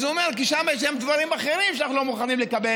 אז הוא אומר: כי שם יש להם דברים אחרים שאנחנו לא מוכנים לקבל,